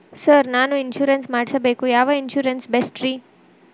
Sir ನಾನು insurance ಮಾಡಿಸಬೇಕು ಯಾವ ಇನ್ಶೂರೆನ್ಸ್ ಬೆಸ್ಟ್ರಿ?